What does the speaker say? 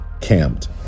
camped